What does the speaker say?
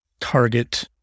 target